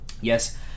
Yes